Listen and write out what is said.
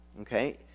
okay